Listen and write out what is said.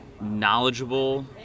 knowledgeable